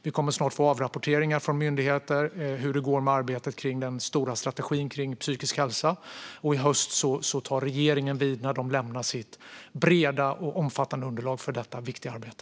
Vi kommer snart att få avrapporteringar från myndigheter hur det går med arbetet när det gäller den stora strategin för psykisk hälsa, och i höst tar regeringen vid när de lämnar sitt breda och omfattande underlag för detta viktiga arbete.